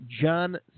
John